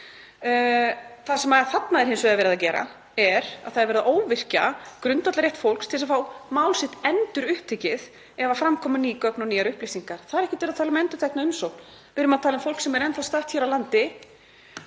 Það sem þarna er hins vegar verið að gera er að það er verið að óvirkja grundvallarrétt fólks til að fá mál sitt endurupptekið ef fram koma ný gögn og nýjar upplýsingar. Það er ekkert verið að tala um endurtekna umsókn. Við erum að tala um fólk sem er enn statt hér á landi.